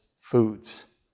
foods